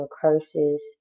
curses